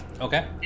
Okay